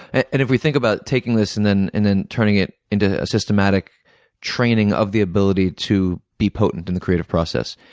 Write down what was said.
and and if we think about taking this and then and then turning it into a systematic training of the ability to be potent in the creative process,